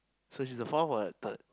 so she's the fourth or the third